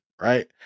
right